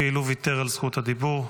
כאילו ויתר על זכות הדיבור,